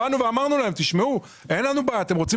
אמרנו להם, תשמעו, אין לנו בעיה, אתם רוצים